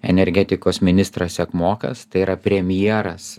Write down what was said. energetikos ministras sekmokas tai yra premjeras